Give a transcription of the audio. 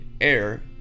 air